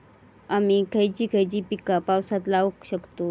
आम्ही खयची खयची पीका पावसात लावक शकतु?